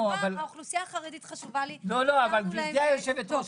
כלומר האוכלוסייה החרדית חשובה לי -- גברתי היושבת-ראש,